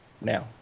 now